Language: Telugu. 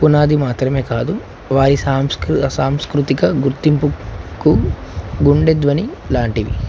పునాది మాత్రమే కాదు వారి సాంస్కృ సాంస్కృతిక గుర్తింపుకు గుండెధ్వని లాంటివి